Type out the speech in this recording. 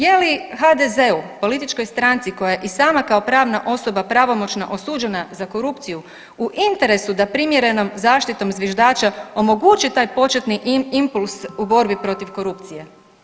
Je li HDZ-u, političkoj stranci koja je i sama kao pravna osoba pravomoćno osuđena za korupciju u interesu da primjerenom zaštitom zviždača omogući taj početni impuls u borbi protiv korupcije?